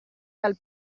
dal